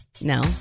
No